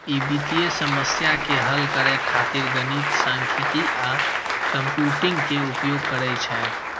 ई वित्तीय समस्या के हल करै खातिर गणित, सांख्यिकी आ कंप्यूटिंग के उपयोग करै छै